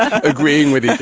ah agreeing with